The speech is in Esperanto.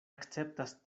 akceptas